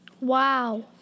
Wow